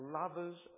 lovers